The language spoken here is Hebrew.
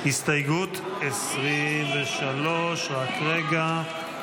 -- הסתייגות 23. רק רגע.